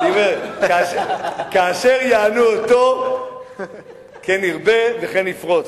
מה, אני אומר: כאשר יענו אותו כן ירבה וכן יפרוץ.